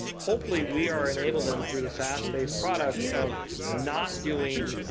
um hopefully, we are unable them through the saas based products of not doing